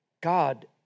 God